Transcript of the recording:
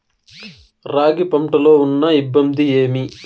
రాగి పంటలో ఉన్న ఇబ్బంది ఏమి?